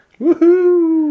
Woohoo